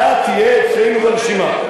אתה תהיה אצלנו ברשימה,